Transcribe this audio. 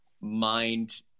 mind